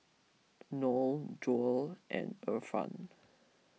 Noah Zul and Irfan